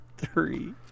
Three